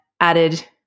added